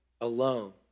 alone